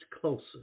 closer